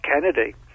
Kennedy